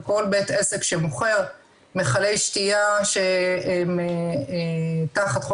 על כל בית עסק שמוכר מכלי שתייה שהם תחת חוק